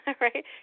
right